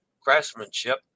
craftsmanship